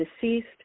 deceased